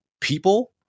people